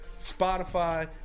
Spotify